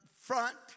front